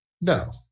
No